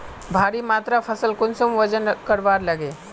भारी मात्रा फसल कुंसम वजन करवार लगे?